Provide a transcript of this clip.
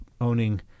owning